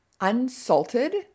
unsalted